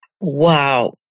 Wow